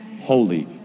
Holy